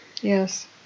Yes